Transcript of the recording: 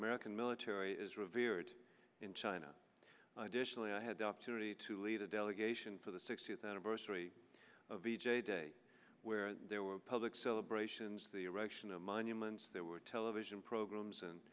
american military is revered in china i dish and i had the opportunity to lead a delegation for the sixtieth anniversary of v j day where there were public celebrations the erection of monuments there were television programs and